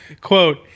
Quote